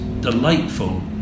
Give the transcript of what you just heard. delightful